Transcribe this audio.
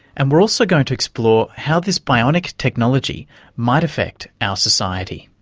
and we're also going to explore how this bionic technology might affect our society.